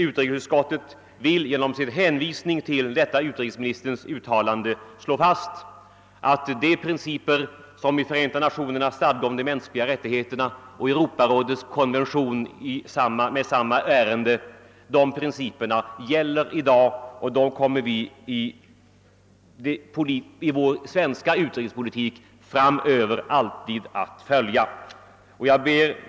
Utrikesutskottet vill genom sin hänvisning till detta utrikesministerns uttalande slå fast att de principer, som uttrycks i Förenta nationernas förklaring om de mänskliga rättigheterna och Europarådets konvention med samma ärende, gäller i dag, och i vår svenska utrikespolitik kommer vi framöver alltid att följa dessa.